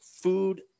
Food